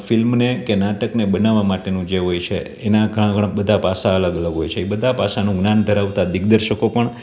ફિલ્મને કે નાટકને બનાવવાં માટેનું જે હોય છે એનાં ઘણાં ઘણાં બધાં પાસા અલગ અલગ હોય છે એ બધાં પાસાનું જ્ઞાન ધરાવતા દિગ્દર્શકો પણ